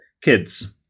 kids